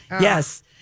Yes